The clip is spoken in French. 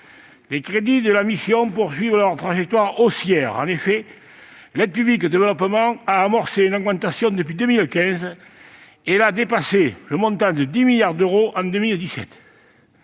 les crédits de la mission poursuivent leur trajectoire haussière. En effet, l'aide publique au développement de la France a amorcé une augmentation depuis 2015, et elle a dépassé le montant de 10 milliards d'euros en 2017.